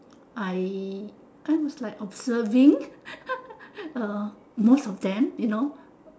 I I was like observing uh most of them you know